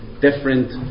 Different